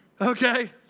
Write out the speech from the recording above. Okay